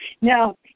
Now